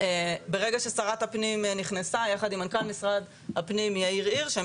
ברגע ששרת הפנים נכנסה יחד עם מנכ"ל משרד הפנים יאיר הירש הם